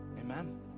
Amen